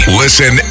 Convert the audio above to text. listen